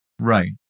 Right